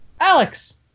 Alex